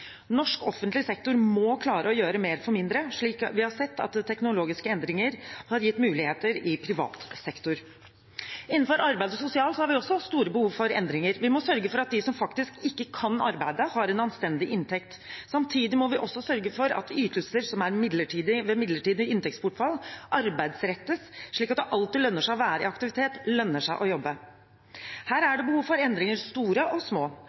Norsk offentlig sektor må klare å gjøre mer for mindre, slik vi har sett at teknologiske endringer har gitt muligheter til i privat sektor. Innenfor arbeids- og sosialfeltet har vi også store behov for endringer. Vi må sørge for at de som faktisk ikke kan arbeide, har en anstendig inntekt. Samtidig må vi også sørge for at ytelser som er midlertidige ved midlertidig inntektsbortfall, arbeidsrettes, slik at det alltid lønner seg å være i aktivitet, lønner seg å jobbe. Her er det behov for endringer, store og små.